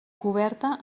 coberta